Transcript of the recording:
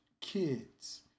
kids